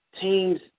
teams